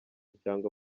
cyangwa